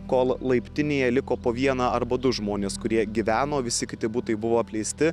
kol laiptinėje liko po vieną arba du žmonės kurie gyveno visi kiti butai buvo apleisti